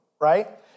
right